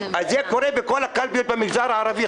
זה קורה בכל הקלפיות במגזר הערבי.